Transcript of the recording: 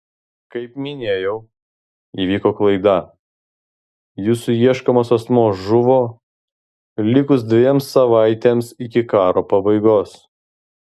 kaip minėjau įvyko klaida jūsų ieškomas asmuo žuvo likus dviem savaitėms iki karo pabaigos